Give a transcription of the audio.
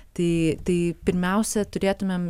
tai tai pirmiausia turėtumėm